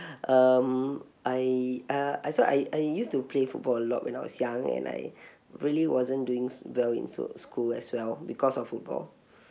um I uh I so I I used to play football a lot when I was young and I really wasn't doing s~ well in s~ school as well because of football